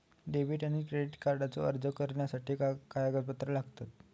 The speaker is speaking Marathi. डेबिट आणि क्रेडिट कार्डचो अर्ज करुच्यासाठी काय कागदपत्र लागतत?